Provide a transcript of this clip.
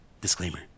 Disclaimer